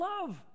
love